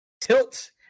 Tilt